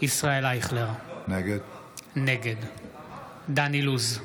ישראל אייכלר, נגד דן אילוז,